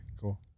cool